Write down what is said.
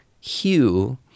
hue